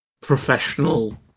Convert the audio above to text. professional